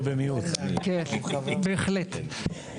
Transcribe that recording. בהחלט.